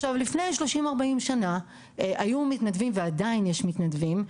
עכשיו לפני 30-40 שנה היו מתנדבים ועדיין יש מתנדבים,